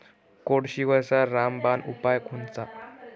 कोळशीवरचा रामबान उपाव कोनचा?